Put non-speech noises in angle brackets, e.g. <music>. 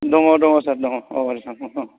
दङ दङ सार दङ औ <unintelligible> औ